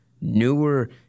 newer